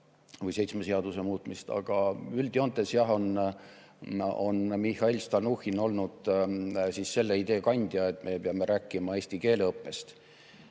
kuni seitsme seaduse muutmist. Aga üldjoontes jah on Mihhail Stalnuhhin olnud selle idee kandja, et me peame rääkima eesti keele õppest